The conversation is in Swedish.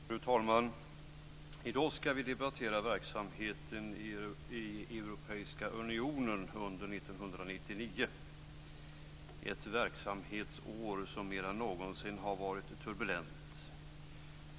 Fru talman! I dag ska vi debattera verksamheten i Europeiska unionen under 1999 - ett verksamhetsår som mer än någonsin har varit turbulent.